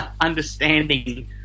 understanding